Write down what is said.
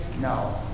No